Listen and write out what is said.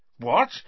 What